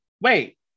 wait